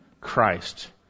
Christ